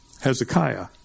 Hezekiah